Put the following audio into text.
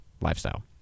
lifestyle